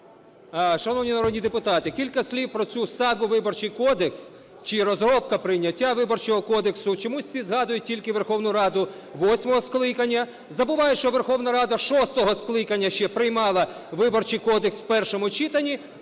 Шановні народні депутати, кілька слів про цю сагу. Виборчий кодекс, чи розробка, прийняття Виборчого кодексу, чомусь всі згадують тільки Верховну Раду восьмого скликання, забувають, що Верховна Рада шостого скликання ще приймала Виборчий кодекс в першому читанні,